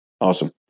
Awesome